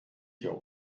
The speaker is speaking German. hier